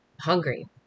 hungry